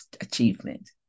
achievement